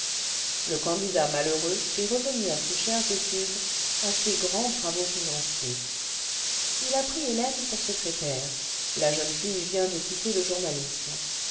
le candidat malheureux est revenu à ses chères études à ses grands travaux financiers il a pris hélèue pour secrétaire la jeune fille vient de quitter le journalisme